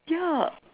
ya